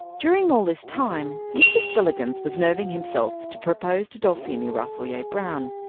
during all this time mr. spillikins was nerving himself to propose to dulphemia rasselyer-brown.